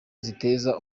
ziteza